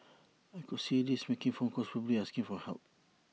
I could see them making phone calls probably asking for help